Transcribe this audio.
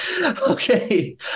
Okay